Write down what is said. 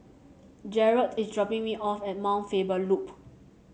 Jaret is dropping me off at Mount Faber Loop